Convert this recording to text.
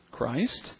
Christ